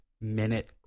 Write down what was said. minute